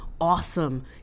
awesome